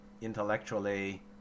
intellectually